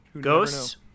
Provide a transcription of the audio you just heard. Ghosts